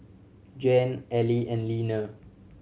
Jan Ally and Leaner